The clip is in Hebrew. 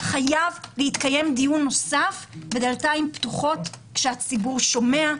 חייב להתקיים דיון נוסף בדלתיים בפתוחות כשהציבור שומע,